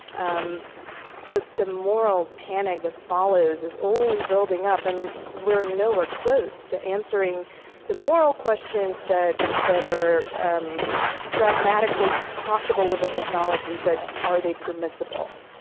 um the the moral panic that follows is only building up, and we're nowhere close to answering the moral questions that that are um pragmatically possible with the technology but are they permissible?